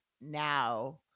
now